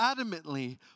adamantly